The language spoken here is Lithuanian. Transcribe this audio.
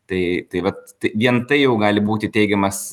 tai tai vat vien tai jau gali būti teigiamas